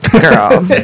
girl